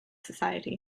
society